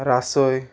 रासय